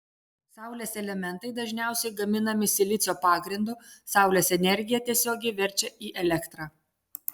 saulės elementai dažniausiai gaminami silicio pagrindu saulės energiją tiesiogiai verčia į elektrą